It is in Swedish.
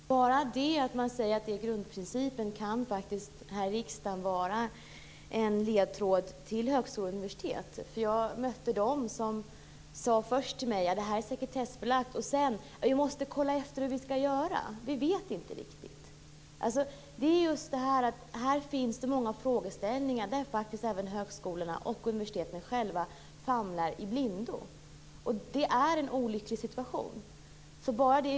Fru talman! Bara det att man här i riksdagen säger att detta är grundprincipen kan faktiskt vara en ledtråd för högskolor och universitet. Jag mötte dem som först sade till mig: Det här är sekretessbelagt. Sedan sade de: Vi måste kolla hur vi skall göra, vi vet inte riktigt. Det är just detta, att här finns det många frågeställningar där faktiskt även högskolorna och universiteten själva famlar i blindo. Det är en olycklig situation.